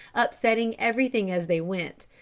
upsetting everything as they went,